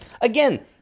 Again